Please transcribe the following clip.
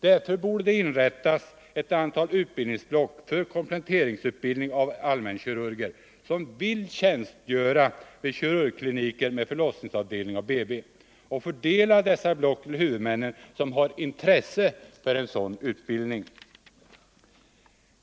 Därför borde det inrättas ett antal utbildningsblock för kompletteringsutbildning av allmänkirurger som vill tjänstgöra vid kirurgkliniker med förlossningsavdelning och BB och fördela dessa block till de huvudmän som har intresse för sådan utbildning.